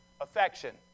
affection